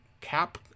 Cap